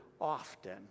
often